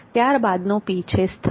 ત્યાર બાદનો P છે સ્થળ